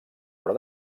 però